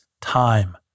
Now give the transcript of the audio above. time